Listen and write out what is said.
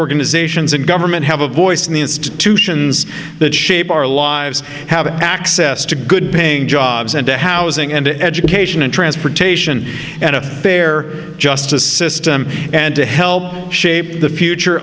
organizations and government have a voice in the institutions that shape our lives have access to good paying jobs and to housing and education and transportation and a fair justice system and to help shape the future